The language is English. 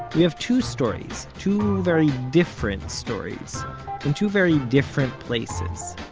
we have two stories, two very different stories, in two very different places,